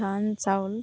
ধান চাউল